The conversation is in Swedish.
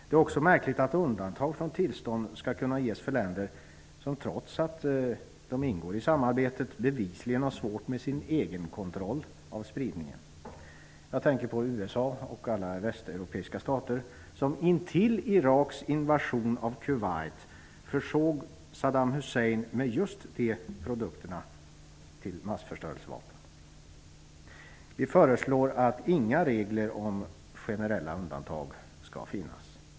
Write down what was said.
Det är också märkligt att undantag från tillstånd skall kunna ges för länder som trots att de ingår i samarbetet bevisligen har svårt med sin egenkontroll av spridningen. Jag tänker på USA och alla västeuropeiska stater som intill Iraks invasion av Kuwait försåg Saddam Hussein med just de produkterna till massförstörelsevapen. Vi föreslår att inga regler om generella undantag skall finnas.